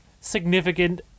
significant